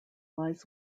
lies